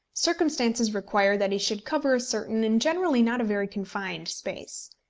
circumstances require that he should cover a certain and generally not a very confined space.